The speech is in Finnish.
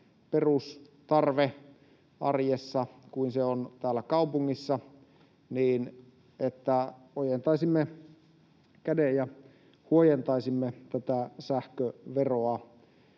perustarve arjessa kuin se on täällä kaupungissa, ojentaisimme käden ja huojentaisimme tätä sähköveroa.